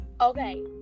okay